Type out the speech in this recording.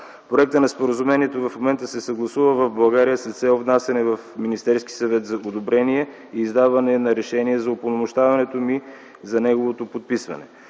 Проектът на споразумението в момента се съгласува в България с цел внасяне в Министерския съвет за одобрение и издаване на решение за упълномощаването ми за неговото подписване.